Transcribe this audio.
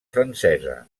francesa